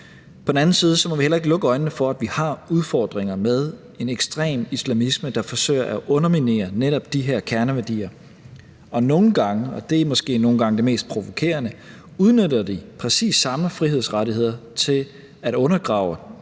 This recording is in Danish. På den anden side må vi heller ikke lukke øjnene for, at vi har udfordringer med en ekstrem islamisme, der forsøger at underminere netop de her kerneværdier. Og nogle gange – og det er måske nogle gange det mest provokerende – udnytter de præcis samme frihedsrettigheder til at undergrave de